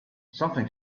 something